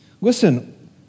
Listen